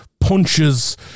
punches